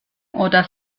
oder